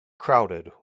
crowded